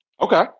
okay